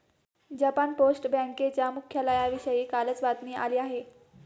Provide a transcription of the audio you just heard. Japan post बँकेच्या मुख्यालयाविषयी कालच बातमी आली आहे